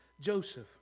Joseph